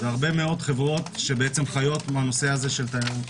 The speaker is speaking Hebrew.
הרבה מאוד חברות שחיות מהנושא של תיירות.